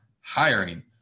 hiring